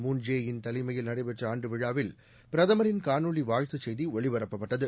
Moon Jae in தலைமையில் நடைபெற்ற ஆண்டு விழாவில் பிரதமரின் காணொளி வாழ்த்துச் செய்தி ஒளிபரப்பப்பட்டது